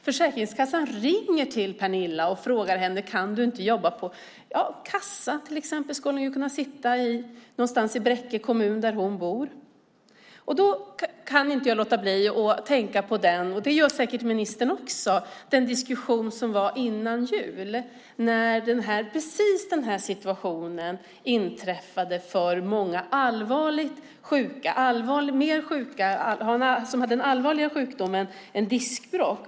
Försäkringskassan ringer till Pernilla och frågar henne om hon inte kan sitta i någon kassa någonstans i Bräcke kommun där hon bor. Då kan inte jag, och säkert inte ministern heller, låta bli att tänka på den diskussion som var före jul när precis den här situationen inträffade för många som hade en allvarligare sjukdom än diskbråck.